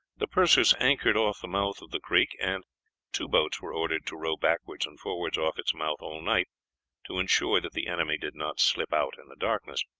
the perseus anchored off the mouth of the creek, and two boats were ordered to row backwards and forwards off its mouth all night to insure that the enemy did not slip out in the darkness.